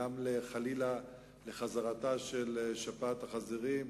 גם חלילה לחזרתה של שפעת החזירים,